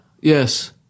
Yes